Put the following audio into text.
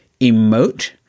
emote